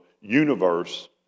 universe